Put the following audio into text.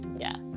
yes